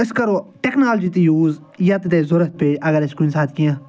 أسۍ کرو ٹیٚکنالجی تہِ یوٗز یَتَتھ اَسہِ ضوٚرتھ پیٚیہِ اگر اَسہِ کُنہ ساتہٕ کینٛہہ